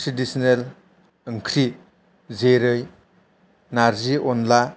traditional ओंख्रि जेरै नार्जि अनला